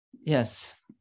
Yes